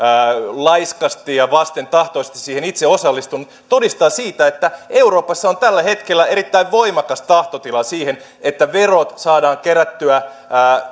laiskasti ja vastentahtoisesti siihen itse osallistunut todistaa siitä että euroopassa on tällä hetkellä erittäin voimakas tahtotila siihen että verot saadaan kerättyä